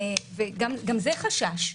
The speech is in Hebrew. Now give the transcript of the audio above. גם זה חשש,